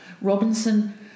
Robinson